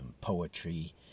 poetry